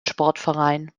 sportverein